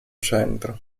centro